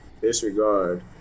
disregard